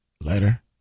letter